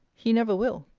he never will.